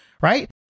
right